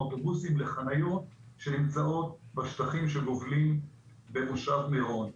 האוטובוסים לחניות שנמצאות בשטחים שגובלים במושב מירון.